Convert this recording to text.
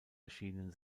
erschienen